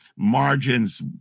Margins